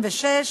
56),